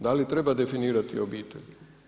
Da li treba definirati obitelj?